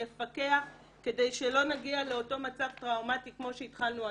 יפקח כדי שלא נגיע לאותו מצב טראומטי כמו שהתחלנו השנה.